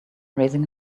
raising